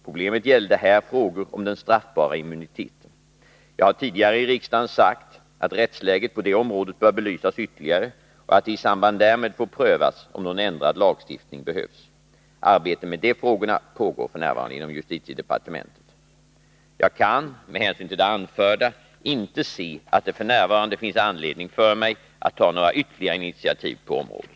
Problemet gällde här frågor om den straffrättsliga immuniteten. Jag har tidigare i riksdagen sagt att rättsläget på det området bör belysas ytterligare och att det i samband därmed får prövas om någon ändrad lagstiftning behövs. Arbetet med de frågorna pågår f. n. inom justitiedepartementet. Jag kan med hänsyn till det anförda inte se att det f. n. finns anledning för mig att ta några ytterligare initiativ på området.